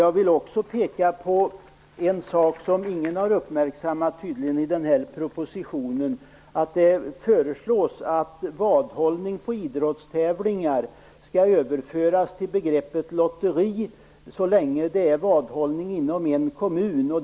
Jag vill också peka på en sak som tydligen ingen har uppmärksammat i propositionen. Där föreslås att vadhållning på idrottstävlingar skall överföras till begreppet lotteri så länge det rör sig om vadhållning inom en kommun.